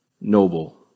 noble